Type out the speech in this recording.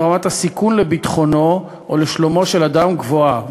רמת הסיכון לביטחונו או לשלומו של אדם גבוהה,